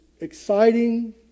exciting